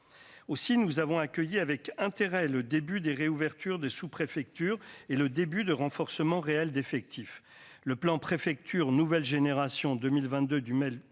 aussi, nous avons accueilli avec intérêt le début des réouverture des sous-préfectures et le début de renforcement réel d'effectifs, le plan préfectures nouvelle génération 2022 du mail 2025